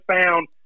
found